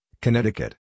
Connecticut